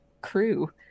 crew